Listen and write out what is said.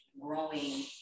growing